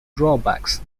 drawbacks